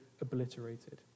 obliterated